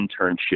internship